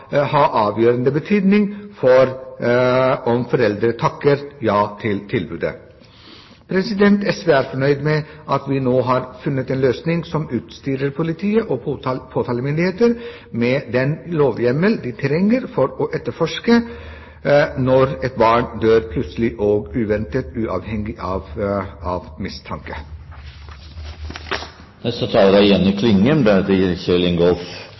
ha avgjørende betydning for om foreldre takker ja til tilbudet. SV er fornøyd med at man nå har funnet en løsning som utstyrer politiet og påtalemyndigheter med den lovhjemmel de trenger for å etterforske når et barn dør plutselig og uventet, uavhengig av mistanke. Rettstryggleiken til små ungar, som er